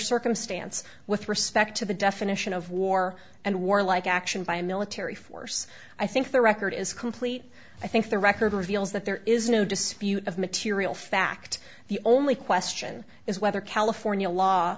circumstance with respect to the definition of war and war like action by military force i think the record is complete i think the record reveals that there is no dispute of material fact the only question is whether california law